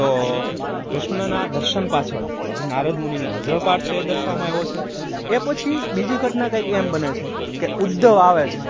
તો કૃષ્ણના દર્શન પાછળ જે નારદમુનિનો રઝળપાટ છે એ દર્શાવવામાં આવ્યો છે એ પછી બીજી ઘટના કંઈક એમ બને છે કે ઉદ્ધવ આવે છે